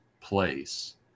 place